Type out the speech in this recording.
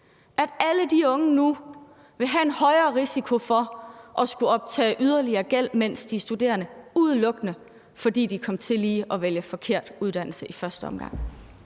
at alle de unge nu vil have en højere risiko for at skulle optage yderligere gæld, mens de er studerende, udelukkende fordi de kom til lige at vælge forkert uddannelse i første omgang.